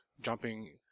jumping